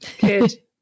good